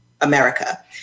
America